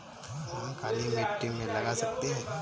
धान काली मिट्टी में लगा सकते हैं?